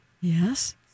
Yes